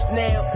now